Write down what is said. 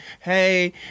hey